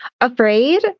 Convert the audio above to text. afraid